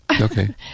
Okay